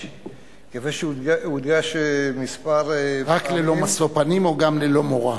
רק ללא משוא פנים או גם ללא מורא?